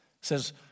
says